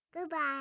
Goodbye